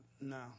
no